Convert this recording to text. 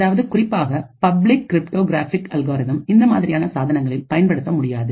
அதாவது குறிப்பாக public cryptographic algorithm இந்த மாதிரியான சாதனங்களில் பயன்படுத்த முடியாது